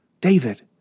David